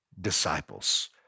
disciples